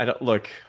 Look